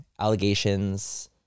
allegations